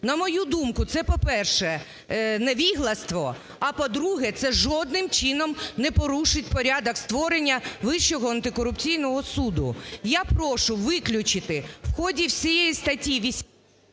На мою думку, це, по-перше, невігластво, а, по-друге, це жодним чином не порушить порядок створення Вищого антикорупційного суду. Я прошу виключити в ході всієї статті…